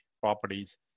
properties